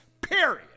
period